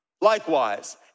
likewise